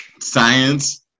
science